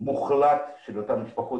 מוחלט של אותן משפחות,